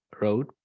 road